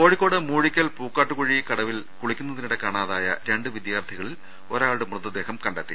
കോഴിക്കോട് മൂഴിക്കൽ പൂക്കാട്ട്കുഴി കടവിൽ കുളിക്കുന്ന തിനിടെ കാണാതായ രണ്ട് വിദ്യാർഥികളിൽ ഒരാളുടെ മൃതദേഹം കണ്ടെത്തി